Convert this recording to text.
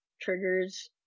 triggers